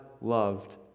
loved